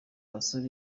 basore